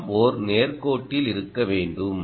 எல்லாம் ஒரு நேர் கோட்டில் இருக்க வேண்டும்